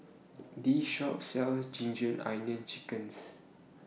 This Shop sells Ginger Onions Chickens